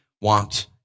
want